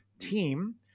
team